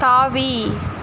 தாவி